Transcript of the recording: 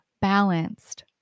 balanced